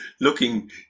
looking